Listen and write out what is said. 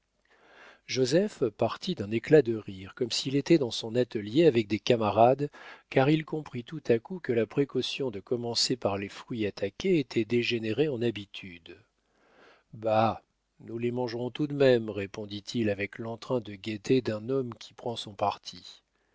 joseph partit d'un éclat de rire comme s'il était dans son atelier avec des camarades car il comprit tout à coup que la précaution de commencer par les fruits attaqués était dégénérée en habitude bah nous les mangerons tout de même répondit-il avec l'entrain de gaieté d'un homme qui prend son parti